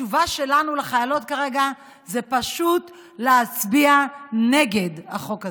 התשובה שלנו לחיילות כרגע זה פשוט להצביע נגד החוק הזה.